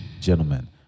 gentlemen